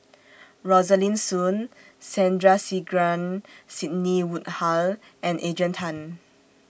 Rosaline Soon Sandrasegaran Sidney Woodhull and Adrian Tan